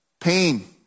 pain